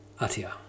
Atia